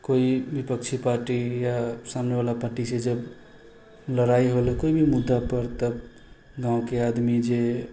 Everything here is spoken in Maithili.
कोइ विपक्षी पार्टी या सामनेवला पार्टीसँ जब लड़ाइ होलऽ कोइ भी मुद्दापर तब गाँवके आदमी जे